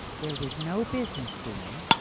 there was no business doing,